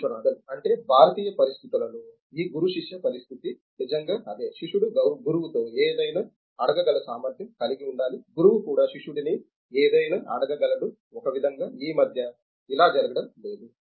విశ్వనాథన్ అంటే భారతీయ పరిస్థితిలో ఈ గురు శిష్య పరిస్థితి నిజంగా అదే శిష్యుడు గురువుతో ఏదైనా అడగగల సామర్థ్యం కలిగి ఉండాలి గురువు కూడా శిష్యుడిని ఏదైనా అడగగలడు ఒక విధంగా ఈ మధ్య ఇలా జరగడం లేధు